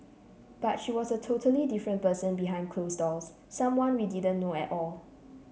but she was a totally different person behind closed doors someone we didn't know at all